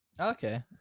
Okay